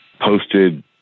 posted